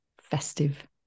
festive